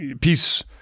peace